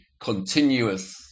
continuous